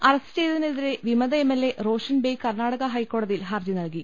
arrest ചെയ്തത്തിനെതിരെ വിമത MLA Roshan Baig Karnataka ഹൈക്കോടതിയിൽ ഹർജി നൽകി